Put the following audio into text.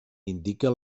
indica